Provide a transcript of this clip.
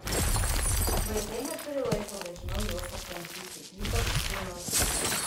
vaikai neturi laiko dažniau jos aplankyti ypač sūnus